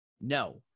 no